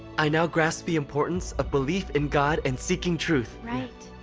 i now grasp the importance of belief in god and seeking truth. right!